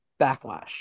Backlash